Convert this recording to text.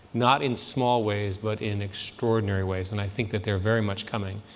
not in small ways, but in extraordinary ways. and i think that they are very much coming.